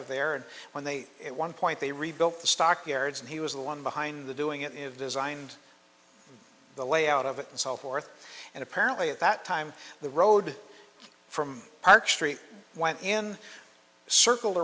of there and when they hit one point they rebuilt the stock yards and he was the one behind the doing it is designed the layout of it and so forth and apparently at that time the road from arch street went in a circle